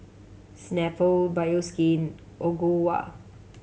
Snapple Bioskin Ogawa